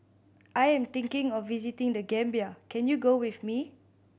I am thinking of visiting The Gambia can you go with me